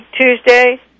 Tuesday